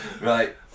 Right